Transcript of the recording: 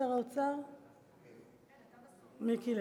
הקמת מרכזי מיצוי זכויות),